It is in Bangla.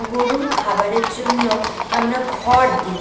গোরুর খাবারের জন্য আমরা খড় দিই